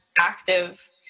active